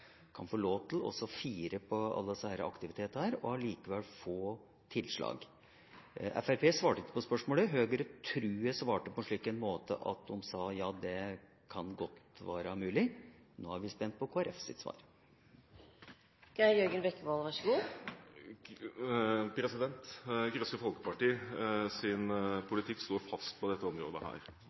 kan få lov til å fire på alle disse aktivitetene og likevel få tilslag? Fremskrittspartiet svarte ikke på spørsmålet, Høyre tror jeg svarte på en slik måte at de sa at det kan godt være mulig. Nå er vi spent på Kristelig Folkepartis svar. Kristelig Folkepartis politikk står fast på dette området.